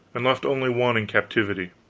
and left only one in captivity.